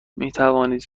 میتوانید